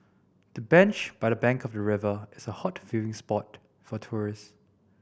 the bench by the bank of the river is a hot viewing spot for tourists